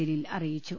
ജലീൽ അറിയിച്ചു